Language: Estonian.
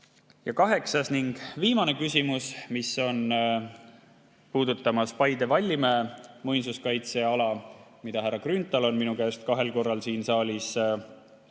Kaheksas ehk viimane küsimus puudutab Paide Vallimäe muinsuskaitseala, mida härra Grünthal on minu käest kahel korral siin saalis